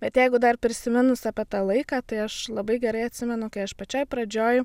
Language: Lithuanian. bet jeigu dar prisiminus apie tą laiką tai aš labai gerai atsimenu kai aš pačioj pradžioj